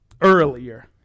earlier